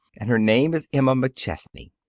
and her name is emma mcchesney.